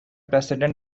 president